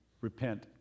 repent